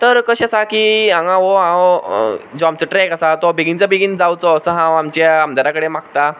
तर कशें आसा की हांगा हांव जो आमचो ट्रॅक आसा तो बेगिनच्या बेगीन जावचो असो हांव आमच्या आमदारा कडेन मागतां